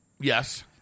Yes